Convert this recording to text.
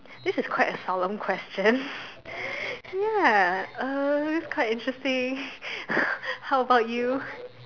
this is quite a solemn question ya uh it's quite interesting how about you